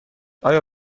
آیا